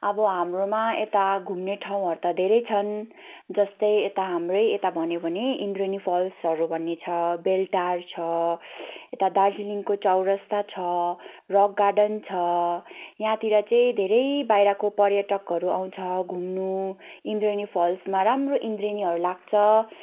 अब हाम्रोमा यता घुम्ने ठाउँहरू त धेरै नै छन् जस्तै यता हाम्रै यता भन्यो भने इन्द्रेणी फल्सहरू भन्ने छ बेलटार छ यता दार्जिलिङको चौरस्ता छ रक गार्डन छ यहाँतिर चाहिँ धेरै बाहिरको पर्यटकहरू आउँछ घुम्नु इन्द्रेणी फल्समा राम्रो इन्द्रेणीहरू लाग्छ